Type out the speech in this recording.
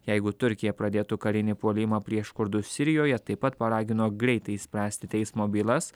jeigu turkija pradėtų karinį puolimą prieš kurdus sirijoje taip pat paragino greitai išspręsti teismo bylas